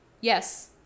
Yes